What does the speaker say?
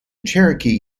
cherokee